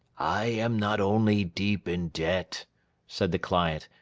i am not only deep in debt said the client,